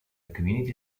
community